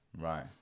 Right